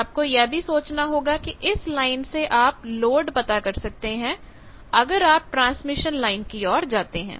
आपको यह भी सोचना होगा कि इस लाइन से आप लोड पता कर सकते हैं अगर आप ट्रांसमिशन लाइन की ओर जाते हैं